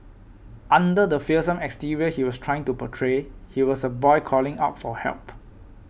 under the fearsome exterior he was trying to portray he was a boy calling out for help